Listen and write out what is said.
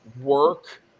work